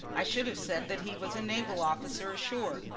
i should have said that he was a naval officer ashore,